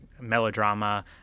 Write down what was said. melodrama